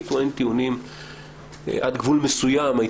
טוען טיעונים מן הסוג הזה עד גבול מסוים.